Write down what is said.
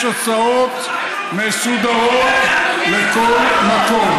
יש הסעות מסודרות לכל מקום.